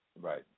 Right